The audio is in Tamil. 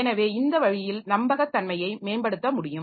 எனவே இந்த வழியில் நம்பகத்தன்மையை மேம்படுத்த முடியும்